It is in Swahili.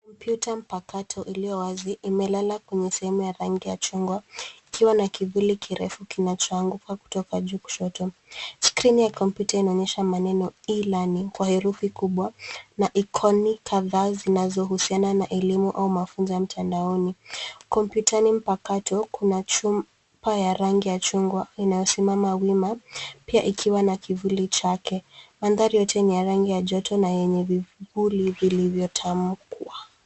Kompyuta mpakato iliyo wazi ,imelala kwenye sehemu ya rangi ya chungwa, ikiwa na kivuli kirefu kinachoanguka kutoka juu kushoto. Skrini ya kompyuta inaonyesha maneno e learning kwa herufi kubwa na ikoni kadhaa zinazohusiana na elimu au mafunzo ya mtandaoni. Kompyuta ni mpakato, kuna chupa ya rangi ya chungwa, inayosimama wima, pia ikiwa na kivuli chake. Mandhari yote ni ya rangi ya joto na yenye vivuli vilivyotamkwa.